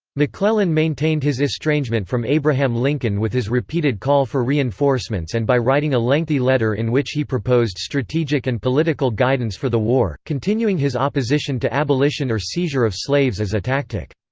mcclellan maintained his estrangement from abraham lincoln with his repeated call for reinforcements and by writing a lengthy letter in which he proposed strategic and political guidance for the war continuing his opposition to abolition or seizure of slaves as a tactic.